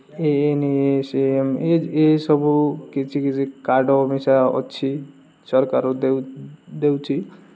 ଏସବୁ କିଛି କିଛି କାର୍ଡ଼୍ ମିଶା ଅଛି ସରକାର ଦେଉଛି